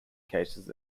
cases